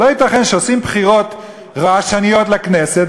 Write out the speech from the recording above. אבל לא ייתכן שעושים בחירות רעשניות לכנסת,